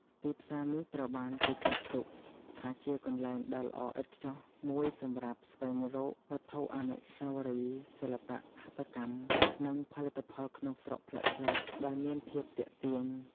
ទីផ្សារនេះត្រូវបានគេចាត់ទុកថាជាកន្លែងដ៏ល្អឥតខ្ចោះមួយសម្រាប់ស្វែងរកវត្ថុអនុស្សាវរីយ៍ សិល្បៈហត្ថកម្ម និងផលិតផលក្នុងស្រុកប្លែកៗ ដែលមានភាពទាក់ទាញ។